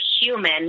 human